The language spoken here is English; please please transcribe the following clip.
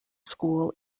school